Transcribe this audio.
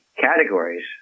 categories